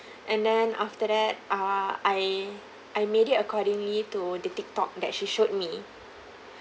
and then after that err I I made it accordingly to the tiktok that she showed me